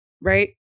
right